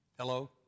Hello